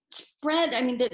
spread. i mean,